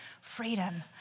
freedom